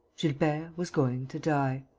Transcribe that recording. gilbert was going to die!